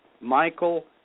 Michael